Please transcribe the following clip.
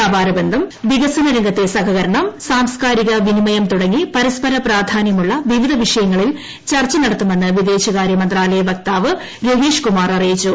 വ്യാപാര ബന്ധം വികസന രംഗത്തെ സഹകരണം സാംസ്കാരിക വിനിമയം തുടങ്ങി പരസ്പര പ്രാധാന്യമുള്ള വിവിധ വിഷയങ്ങളിൽ ചർച്ച നടത്തുമെന്ന് വിദേശ മന്ത്രാലയ വക്താവ് രവീഷ്കുമാർ അറിയിച്ചു